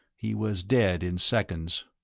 he was dead in seconds.